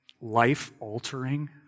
life-altering